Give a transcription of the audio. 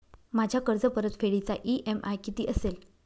माझ्या कर्जपरतफेडीचा इ.एम.आय किती असेल?